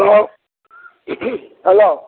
hello hello